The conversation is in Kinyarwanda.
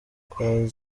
kwa